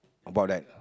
about that